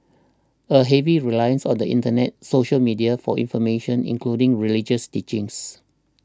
a heavy reliance on the Internet social media for information including religious teachings